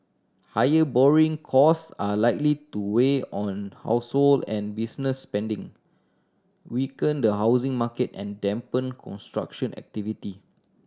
higher borrowing cost are likely to weigh on household and business spending weaken the housing market and dampen construction activity